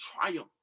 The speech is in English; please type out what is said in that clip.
triumph